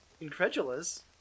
incredulous